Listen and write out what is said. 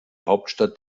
hauptstadt